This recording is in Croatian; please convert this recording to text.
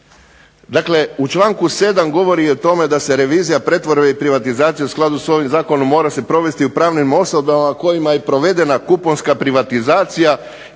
dakle u članku 7. govori o tome da se revizija pretvorbe i privatizacije u skladu s ovim zakonom mora se provesti u pravnim osobama kojima je provedena kuponska privatizacija